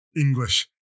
English